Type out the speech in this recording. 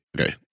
Okay